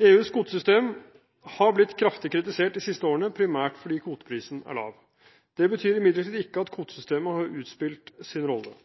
EUs kvotesystem har blitt kraftig kritisert de siste årene, primært fordi kvoteprisen er lav. Det betyr imidlertid ikke at